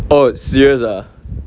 oh serious ah